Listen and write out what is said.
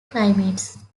climates